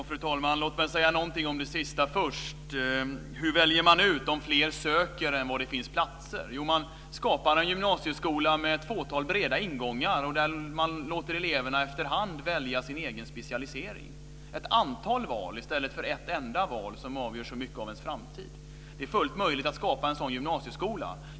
Fru talman! Låt mig först säga något om det sista. Hur väljer man ut om antalet sökande är större än antalet platser? Jo, man skapar en gymnasieskola med ett fåtal breda ingångar, där man låter eleverna efterhand välja sin egen specialisering. Det blir ett antal val i stället för ett enda val, som avgör så mycket av ens framtid. Det är fullt möjligt att skapa en sådan gymnasieskola.